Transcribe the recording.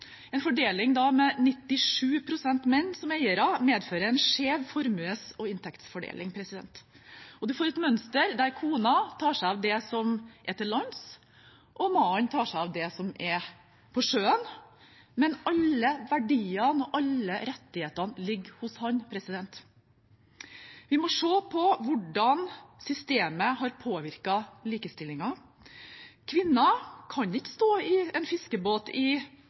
En fordeling med 97 pst. menn som eiere medfører en skjev formues- og inntektsfordeling, og man får et mønster der kona tar seg av det som er til lands, og mannen tar seg av det som er på sjøen, men alle verdiene og alle rettighetene ligger hos ham. Vi må se på hvordan systemet har påvirket likestillingen. Kvinner kan ikke stå i en fiskebåt under svangerskap eller i